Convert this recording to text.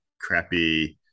crappy